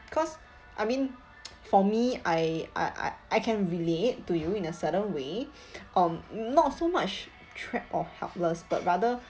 cause I mean for me I I I I can relate to you in a certain way um not so much trap or helpless but rather